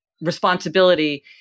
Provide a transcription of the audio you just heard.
responsibility